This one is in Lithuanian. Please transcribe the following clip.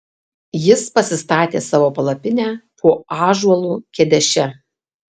jis pasistatė savo palapinę po ąžuolu kedeše